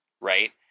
Right